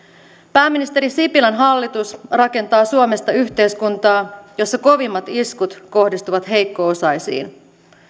pääministeri sipilän hallitus rakentaa suomesta yhteiskuntaa jossa kovimmat iskut kohdistuvat heikko osaisiin